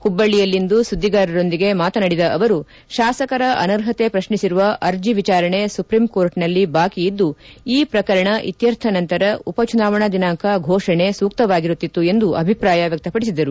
ಹುಬ್ಬಳ್ಳಿಯಲ್ಲಿಂದು ಸುದ್ದಿಗಾರರೊಂದಿಗೆ ಮಾತನಾಡಿದ ಅವರು ಶಾಸಕರ ಅನರ್ಹತೆ ಪ್ರತ್ನಿಸಿರುವ ಅರ್ಜಿ ವಿಚಾರಣೆ ಸುಪ್ರೀಂಕೋರ್ಟ್ನಲ್ಲಿ ಬಾಕಿ ಇದ್ದು ಈ ಪ್ರಕರಣ ಇತ್ತರ್ಥ ನಂತರ ಉಪಚುನಾವಣಾ ದಿನಾಂಕ ಘೋಷಣೆ ಸೂಕ್ತವಾಗಿರುತ್ತಿತ್ತು ಎಂದು ಅಭಿಪ್ರಾಯ ವ್ಯಕ್ತಪಡಿಸಿದರು